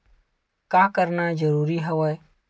का करना जरूरी हवय?